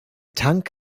tank